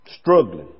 struggling